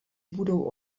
budou